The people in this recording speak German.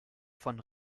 von